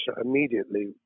immediately